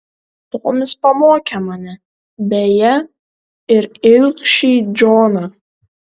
tomis pamokė mane beje ir ilgšį džoną